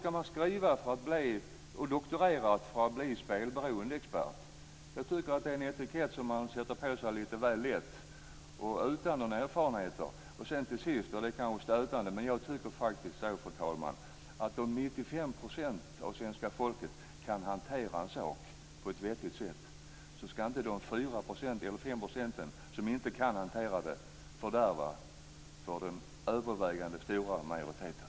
I vad skall man doktorera för att bli spelberoendeexpert? Jag tycker att det är en etikett som man sätter på sig lite väl lätt och utan erfarenheter. Till sist, och det kanske är stötande, men jag tycker faktiskt att om 95 % av svenska folket kan hantera en sak på ett vettigt sätt, skall inte de 5 % som inte kan hantera den fördärva för den övervägande stora majoriteten.